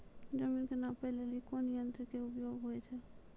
जमीन के नापै लेली कोन यंत्र के उपयोग होय छै?